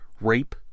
rape